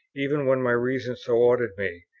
even when my reason so ordered me,